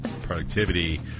productivity